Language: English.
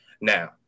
Now